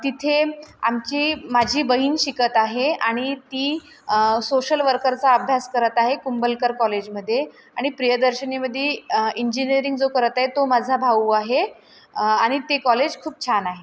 तिथे आमची माझी बहीण शिकत आहे आणि ती सोशल वर्करचा अभ्यास करत आहे कुंबलकर कॉलेजमध्ये आणि प्रियदर्शनीमध्ये इंजिनिअरिंग जो करत आहे तो माझा भाऊ आहे आणि ते कॉलेज खूप छान आहे